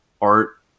art